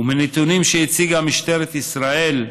ומנתונים שהציגה משטרת ישראל,